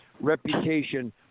reputation